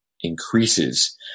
increases